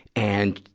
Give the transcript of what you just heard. and,